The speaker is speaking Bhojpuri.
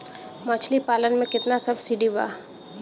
मछली पालन मे केतना सबसिडी बा?